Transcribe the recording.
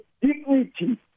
dignity